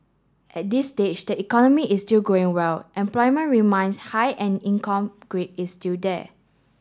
at this stage the economy is still growing well employment reminds high and income is still there